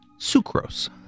sucrose